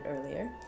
earlier